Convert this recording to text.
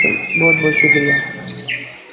بہت بہت شکریہ